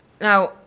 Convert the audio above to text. Now